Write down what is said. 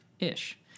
ish